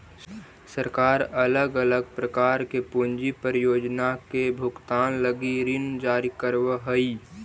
सरकार अलग अलग प्रकार के पूंजी परियोजना के भुगतान लगी ऋण जारी करवऽ हई